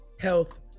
health